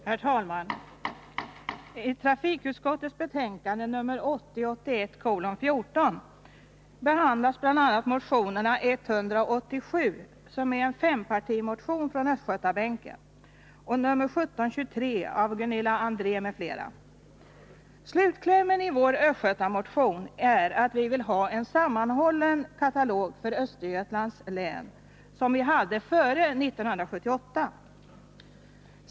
Herr talman! I trafikutskottets betänkande 1980/81:14 behandlas bl.a. motionerna 187, som är en fempartimotion från östgötabänken, och 1723 av Gunilla André m.fl. Slutklämmen i vår östgötamotion är att vi vill ha en sammanhållen telefonkatalog för Östergötlands län, såsom vi hade före 1978.